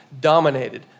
dominated